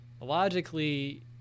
Logically